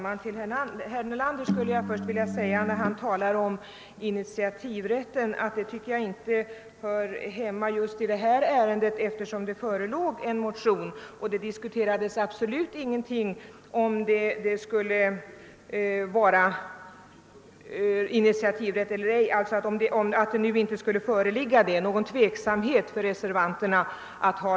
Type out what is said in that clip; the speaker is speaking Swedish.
Herr talman! När herr Nelander talar om initiativrätten skulle jag vilja säga till honom att jag inte tycker att den frågan hör hemma just i detta ärende. Det förelåg nämligen en motion.